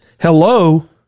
Hello